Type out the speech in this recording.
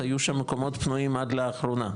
היו שם מקומות פנויים עד לאחרונה,